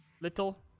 Little